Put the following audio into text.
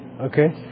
okay